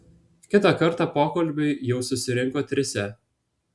kitą kartą pokalbiui jau susirinko trise